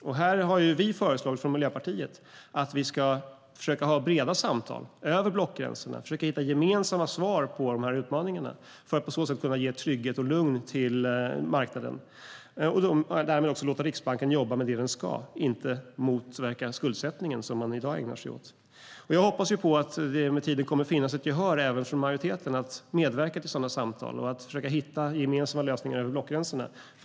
Från Miljöpartiet har vi föreslagit att vi ska föra samtal över blockgränserna och försöka hitta gemensamma lösningar på utmaningarna och på så sätt skapa trygghet och lugn på marknaden. Därmed låter vi Riksbanken jobba med det som de ska jobba med, det vill säga inte med att motverka skuldsättningen, vilket de i dag ägnar sig åt. Jag hoppas att det med tiden kommer att finnas intresse från majoriteten att medverka till sådana samtal och försöka hitta gemensamma lösningar över blockgränserna.